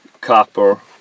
copper